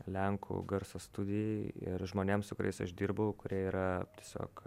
lenkų garso studijai ir žmonėms su kuriais aš dirbau kurie yra tiesiog